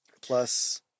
Plus